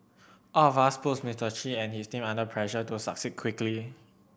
all of which puts Mister Chi and his team under pressure to succeed quickly